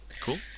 Cool